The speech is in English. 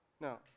Now